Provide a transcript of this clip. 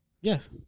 Yes